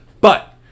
But-